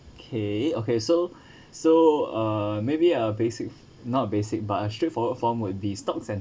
okay okay so so uh maybe a basic not a basic but a straightforward form will be stocks and